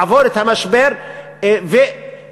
לעבור את המשבר ולצמוח.